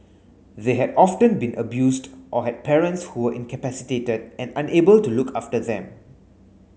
they had often been abused or had parents who were incapacitated and unable to look after them